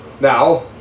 Now